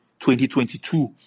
2022